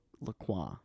LaCroix